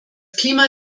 klima